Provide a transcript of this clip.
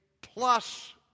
plus